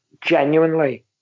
genuinely